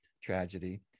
tragedy